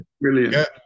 Brilliant